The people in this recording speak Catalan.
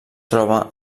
troba